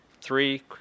three